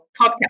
podcast